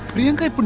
priyanka?